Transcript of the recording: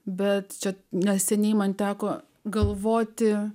bet čia neseniai man teko galvoti